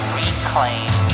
reclaim